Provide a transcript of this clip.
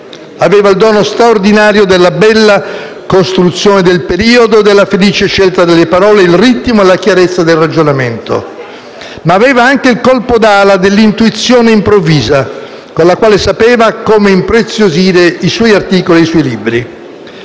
Aveva il dono straordinario della bella costruzione del periodo e della felice scelta delle parole, il ritmo e la chiarezza del ragionamento. Ma aveva anche il colpo d'ala dell'intuizione improvvisa con la quale sapeva come impreziosire i suoi articoli e i suoi libri.